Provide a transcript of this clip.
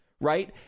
Right